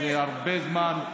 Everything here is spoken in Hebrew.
זה הרבה זמן.